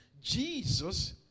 Jesus